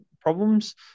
problems